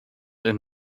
and